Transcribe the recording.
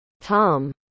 Tom